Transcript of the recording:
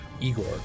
Igor